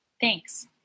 Thanks